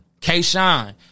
K-Shine